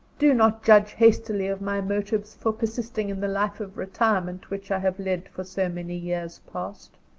do not judge hastily of my motives for persisting in the life of retirement which i have led for so many years past.